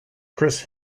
chris